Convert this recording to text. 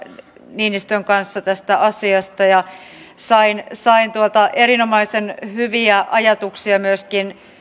niinistön kanssa tästä asiasta ja sain sain erinomaisen hyviä ajatuksia myöskin